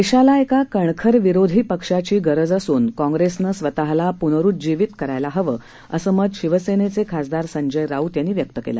देशाला एका कणखर विरोधी पक्षाची गरज असून काँग्रेसनं स्वतःला प्नरुजीवित करायला हवं असं मत शिवसेनेचे खासदार संजय राऊत यांनी व्यक्त केलं